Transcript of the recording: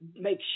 make